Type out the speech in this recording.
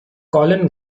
colin